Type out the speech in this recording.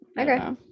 okay